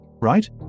right